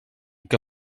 que